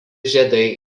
žiedai